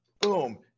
Boom